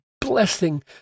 blessing